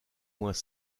moins